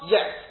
Yes